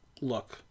look